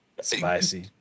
spicy